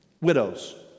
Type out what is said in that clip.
widows